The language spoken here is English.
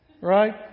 Right